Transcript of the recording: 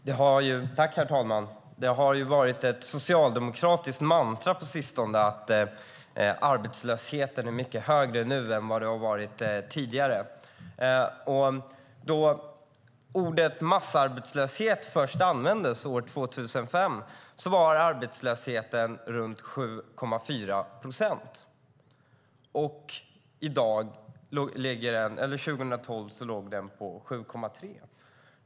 Herr talman! Det har varit ett socialdemokratiskt mantra på sistone att arbetslösheten är mycket högre nu än tidigare. Då ordet massarbetslöshet först användes, år 2005, var arbetslösheten runt 7,4 procent. År 2012 låg den på 7,3.